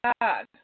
God